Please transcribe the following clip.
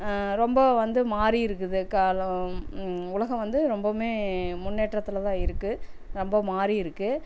ரொம்ப வந்து மாதிரி இருக்குது காலம் உலகம் வந்து ரொம்பவுமே முன்னேற்றத்தில் தான் இருக்குது ரொம்ப மாறி இருக்குது